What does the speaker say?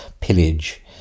pillage